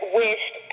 wished